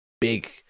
Big